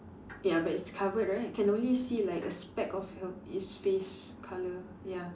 ya but it's covered right can only see like a speck of her his face colour ya